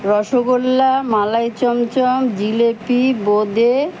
rasgulla malai chamcham jilipi বোঁদে